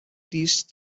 these